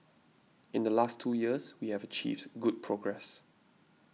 in the last two years we have achieved good progress